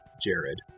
Jared